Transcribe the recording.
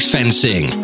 Fencing